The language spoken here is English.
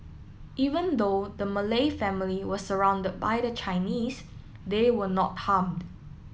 even though the Malay family was surrounded by the Chinese they were not harmed